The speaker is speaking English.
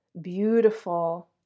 beautiful